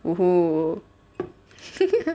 !woohoo!